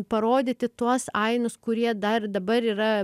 parodyti tuos ainus kurie dar dabar yra